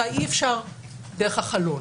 אי-אפשר דרך החלון,